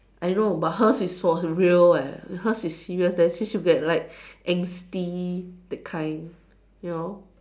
I know but hers is for real leh hers is serious then see if like angsty that kind you know